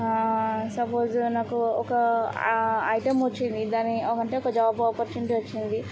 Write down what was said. suppose నాకు ఒక item వచ్చింది దాని అంటే ఒక జాబ్ ఆపర్చునిటీ వచ్చింది